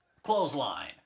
clothesline